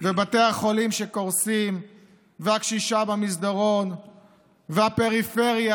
ובתי החולים שקורסים והקשישה במסדרון והפריפריה,